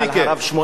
על שמואל אליהו.